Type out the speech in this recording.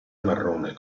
marrone